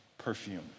perfume